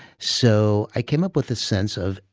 so i came up with a sense of,